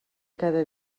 cada